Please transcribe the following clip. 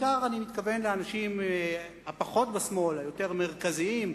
ובעיקר אני מתכוון לאנשים הפחות בשמאל והיותר מרכזיים בקדימה.